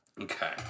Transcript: Okay